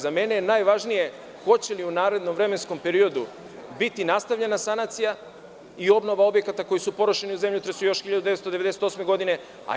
Za mene je najvažnije hoće li u narednom vremenskom periodu biti nastavljena sanacija i obnova objekata koji su porušeni u zemljotresu još 1998. godine.